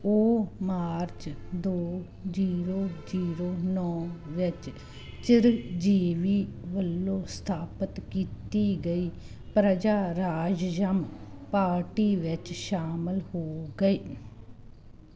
ਉਹ ਮਾਰਚ ਦੋ zero zero ਨੌਂ ਵਿੱਚ ਚਿਰੰਜੀਵੀ ਵੱਲੋਂ ਸਥਾਪਿਤ ਕੀਤੀ ਗਈ ਪ੍ਰਜਾ ਰਾਜਯਮ ਪਾਰਟੀ ਵਿੱਚ ਸ਼ਾਮਲ ਹੋ ਗਏ